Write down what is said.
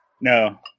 No